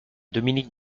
dominique